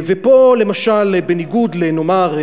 ופה למשל, בניגוד, נאמר,